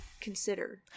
consider